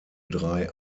drei